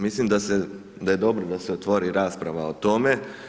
Mislim da je dobro da se otvori rasprava o tome.